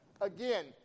again